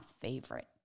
favorite